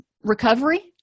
recovery